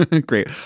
Great